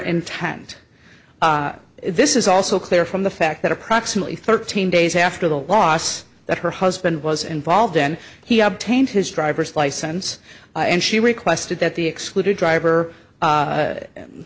intent this is also clear from the fact that approximately thirteen days after the loss that her husband was involved in he obtained his driver's license and she requested that the excluded driver